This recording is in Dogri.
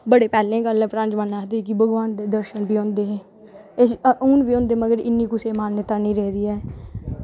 बड़े पैह्लें दी गल्ल ऐ पुराने जमानें आक्खदे हे की भगवान दे दर्शन बी होंदे हे हून बी होंदे पर हून कुसै गी इन्नी मान्यता निं रेही दी ऐ